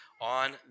on